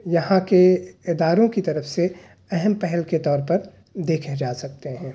یہاں کے اداروں کی طرف سے اہم پہل کے طور پر دیکھے جا سکتے ہیں